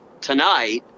tonight